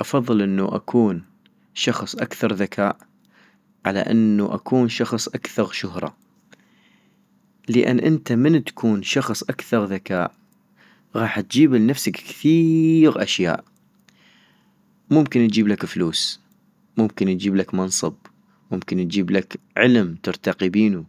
افضل انو اكون شخص اكثر ذكاء على انواكون شخص اكثغ شهرة - لان انت من تكون شخص اكثغ ذكاء ، غاح تجيب لنفسك كثيييغ اشياء، ممكن تجيبلك فلوس، ممكن تجيبلك منصب، ممكن تجيبلك علم ترتقي بينو،